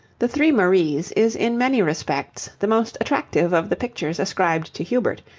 the three maries is in many respects the most attractive of the pictures ascribed to hubert,